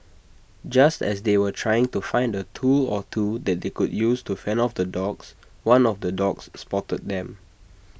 just as they were trying to find A tool or two that they could use to fend off the dogs one of the dogs spotted them